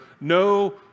no